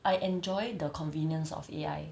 I enjoy the convenience of A_I